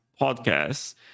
podcasts